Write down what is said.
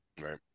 Right